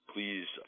Please